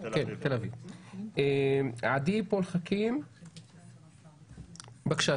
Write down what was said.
עדי פול חכים, בבקשה.